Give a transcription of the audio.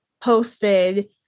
posted